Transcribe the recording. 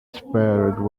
spared